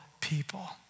people